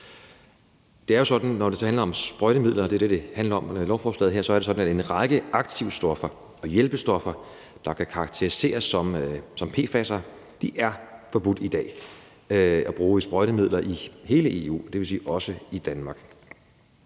Det er jo sådan, at når det handler om sprøjtemidler, og det er det, beslutningsforslaget her handler om, så er det sådan, at en række aktivstoffer og hjælpestoffer, der kan karakteriseres som PFAS-stoffer, i dag er forbudt at bruge i sprøjtemidler i hele EU, dvs. også i Danmark.